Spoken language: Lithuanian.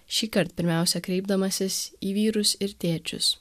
šįkart pirmiausia kreipdamasis į vyrus ir tėčius